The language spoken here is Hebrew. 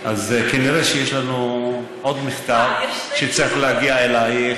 אז כנראה יש לנו עוד מכתב שצריך להגיע אלייך,